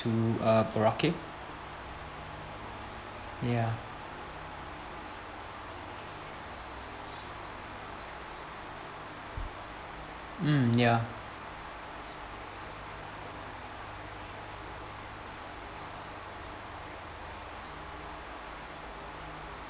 to uh boracay ya mm ya